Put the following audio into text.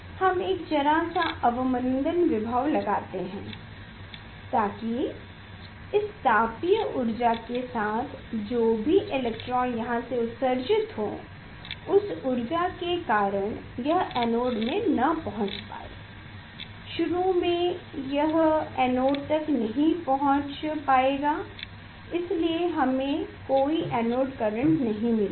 हम एक जरा सा अवमंदन विभव लगाते हैं ताकि इस तापीय ऊर्जा के साथ जो भी इलेक्ट्रॉन यहां से उत्सर्जित हो इस ऊर्जा के कारण यह एनोड में न पहुंच पाए शुरू में यह एनोड तक नहीं पहुंच पाएगा इसलिए हमें कोई एनोड करंट नहीं मिलेगा